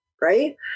right